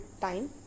time